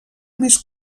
més